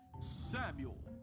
Samuel